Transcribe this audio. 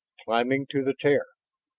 climbing to the tear.